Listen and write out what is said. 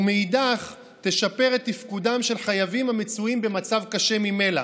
ומאידך היא תשפר את תפקודם של חייבים המצויים במצב קשה ממילא